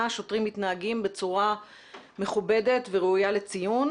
השוטרים מתנהגים בצורה מכובדת וראויה לציון,